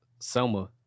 Selma